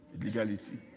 Illegality